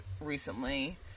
recently